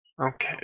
Okay